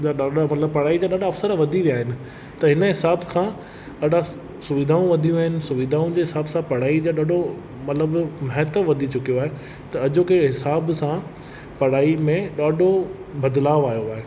मतिलबु पढ़ाई जा ॾाढा अफ़सर वधी विया आहिनि त हिन हिसाब खां ॾाढा सुविधाऊं वधियूं आहिनि सुविधाउनि जे हिसाब सां पढ़ाई जो ॾाढो मतिलबु महत्व वधी चुकियो आहे त अजोके हिसाब सां पढ़ाई में ॾाढो बदिलाउ आयो आहे